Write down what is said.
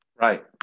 Right